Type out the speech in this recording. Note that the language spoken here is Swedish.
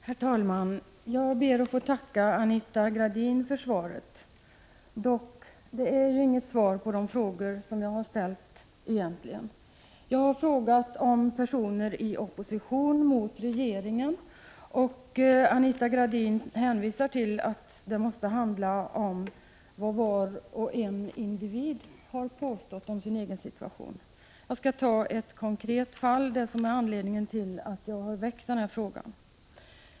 Herr talman! Jag ber att få tacka Anita Gradin för svaret. Det är dock egentligen inget svar på de frågor som jag har ställt. Jag har frågat beträffande personer i opposition mot den turkiska regimen och Anita Gradin hänvisar till att det avgörande för ett ställningstagande är vad varje individ har påstått om sin egen situation. Jag skall ta upp ett konkret fall, det som är anledningen till att jag har väckt frågan.